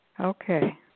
Okay